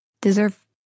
deserve